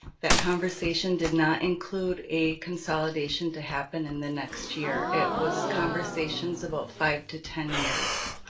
that conversation did not include a consolidation to happen in the next year. it was conversations about five to ten years,